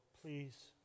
please